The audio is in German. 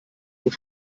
nur